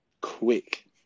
quick